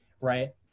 right